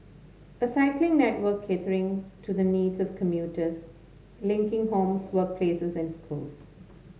a cycling network catering to the needs of commuters linking homes workplaces and schools